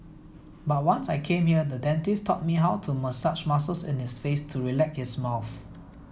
but once I came here the dentist taught me how to massage muscles in his face to relax his mouth